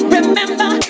Remember